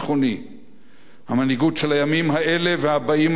המנהיגות של הימים האלה והבאים עלינו תיבחן